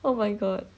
oh my god